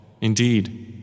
Indeed